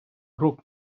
рук